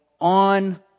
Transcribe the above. on